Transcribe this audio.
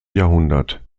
jahrhundert